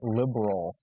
liberal